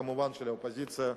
וכמובן של האופוזיציה.